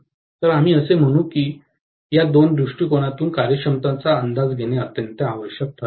तर आम्ही असे म्हणू की या दोन दृष्टिकोनातून कार्यक्षमतेचा अंदाज घेणे अत्यंत आवश्यक ठरते